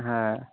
হ্যাঁ